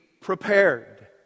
prepared